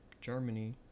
Germany